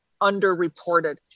underreported